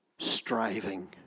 Striving